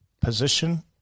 position